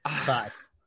Five